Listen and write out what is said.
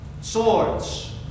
swords